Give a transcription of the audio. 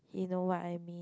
you know what I mean